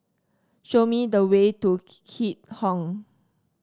show me the way to Keat Hong